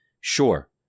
sure